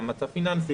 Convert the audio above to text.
גם מצב פיננסי.